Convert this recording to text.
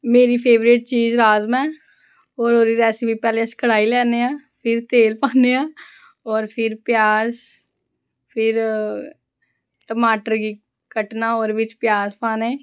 मेरी फेवरेट राजमा ऐ और ओह्दे आस्तै पैहले अस कढ़ाही लैन्ने आं फिर तेल पान्ने आं और फिर प्याज फिर टमाटर गी कट्टना ओह्दे बिच्च प्याज पान्ने